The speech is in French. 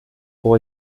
pour